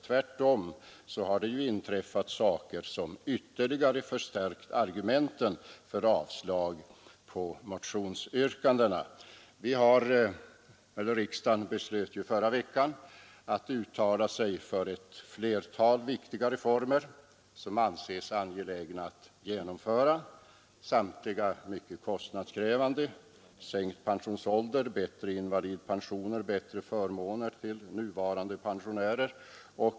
Tvärtom har det ju inträffat saker som ytterligare förstärkt argumenten för avslag på motionsyrkandena. Riksdagen beslöt ju förra veckan att uttala sig för flera viktiga reformer som anses angelägna att genomföra, samtliga mycket kostnadskrävande — sänkt pensionsålder, bättre invalidpensioner, bättre förmåner till nuvarande pensionärer.